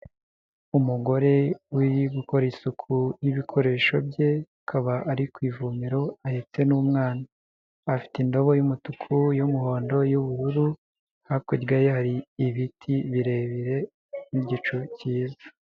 Umugore we gukora isuku y'ibikoresho bye, akaba ari ku ivomero ahetse n'umwana, afite indobo y'umutuku, y'umuhondo, y'ubururu hakurya hari ibiti birebire nigicu cyiza.